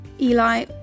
Eli